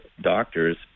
doctors